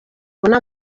abonye